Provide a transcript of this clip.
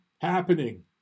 happening